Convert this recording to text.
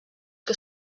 que